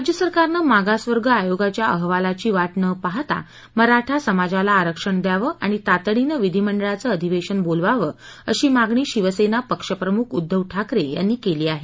राज्य सरकारने मागार्वर्ग आयोगाच्या अहवालाची वा नं पाहता मराठा समाजाला आरक्षण द्यावं आणि तातडीने विधिमंडळाचा अधिवेशन बोलवावं अशी मागणी शिवसेना पक्षप्रमुख उद्दव ठाकरे यांनी केली आहे